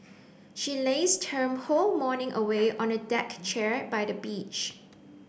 she lazed her whole morning away on a deck chair by the beach